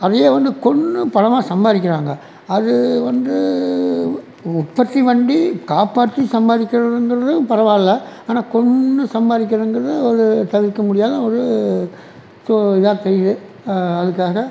அதையே வந்து கொன்று பணமாக சம்பாதிக்கிறாங்க அது வந்து உற்பத்தி பண்டி காப்பாற்றி சம்பாதிக்கணுங்கிறது பரவால்லை ஆனால் கொன்று சம்பாதிக்கணுங்கிறது ஒரு தவிர்க்க முடியாத ஒரு சோ இதா தெரியுது அதற்காக